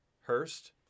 Hurst